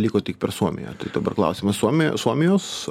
liko tik per suomiją tai dabar klausimas suomija suomijos